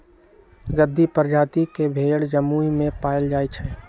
गद्दी परजाति के भेड़ जम्मू में पाएल जाई छई